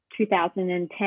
2010